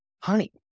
honey